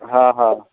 ਹਾਂ ਹਾਂ